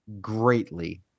greatly